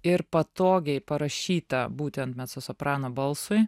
ir patogiai parašyta būtent mecosoprano balsui